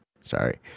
Sorry